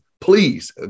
Please